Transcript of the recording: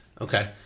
Okay